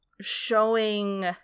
showing